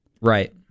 Right